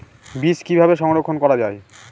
বীজ কিভাবে সংরক্ষণ করা যায়?